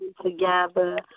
together